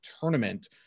tournament